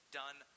done